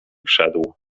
wszedł